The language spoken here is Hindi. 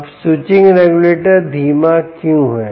अब स्विचिंग रेगुलेटर धीमा क्यों है